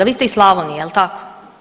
Vi ste iz Slavonije jel tako?